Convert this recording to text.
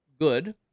Good